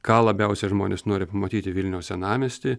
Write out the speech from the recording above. ką labiausiai žmonės nori pamatyti vilniaus senamiesty